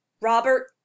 Robert